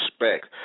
respect